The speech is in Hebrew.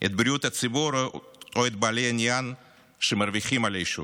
את בריאות הציבור או את בעלי העניין שמרוויחים מהעישון?